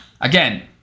again